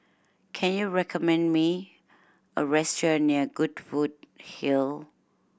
can you recommend me a restaurant near Goodwood Hill